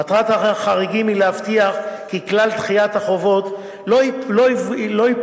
מטרת החריגים היא להבטיח כי כלל דחיית החובות לא יפגע